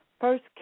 first